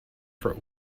for